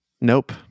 Nope